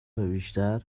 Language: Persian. بیشتر